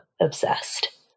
obsessed